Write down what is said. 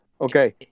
Okay